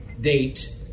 date